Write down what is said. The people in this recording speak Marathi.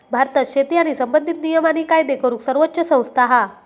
भारतात शेती संबंधित नियम आणि कायदे करूक सर्वोच्च संस्था हा